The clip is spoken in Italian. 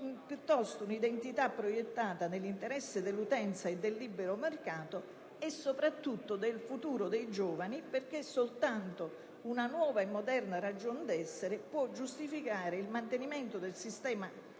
piuttosto un'identità proiettata nell'interesse dell'utenza, del libero mercato e, soprattutto, del futuro dei giovani. Infatti, soltanto una nuova e moderna ragion d'essere può giustificare il mantenimento del sistema